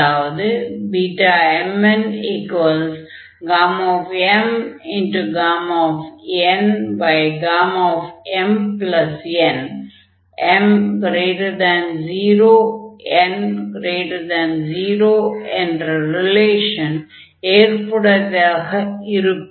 அதாவது Bmnmnmn m 0 n 0 என்ற relation ஏற்புடையதாக இருக்கும்